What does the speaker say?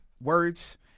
words